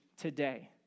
today